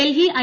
Delhi I